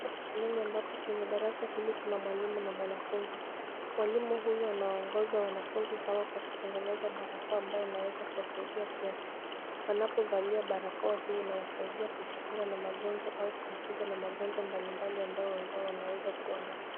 Hapa ni shuleni ambapo kwenye darasa hili kuna mwalimu na mwanafunzi. Mwalimu huyu anaongoza wanafunzi hawa kwa kutegeneza barako ambayo inaweza kuwasaidia kiafya. Wanapovalia barakoa hii inawasaidia kujikinga na magonjwa au kuambukizwa na magonjwa mbali mbali ambayo wenzao wanaweza kuwa naye.